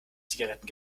zigaretten